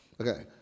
Okay